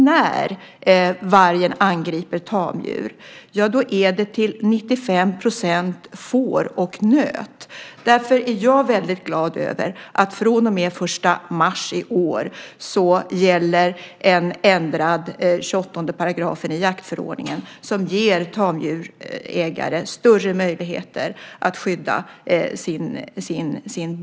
När vargen angriper tamdjur är det till 95 % får och nöt. Därför är jag glad över att från och med den 1 mars i år gäller en ändrad paragraf i jaktförordningen, 28 §. Den ger tamdjursägare större möjligheter att skydda sin boskap.